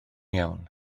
iawn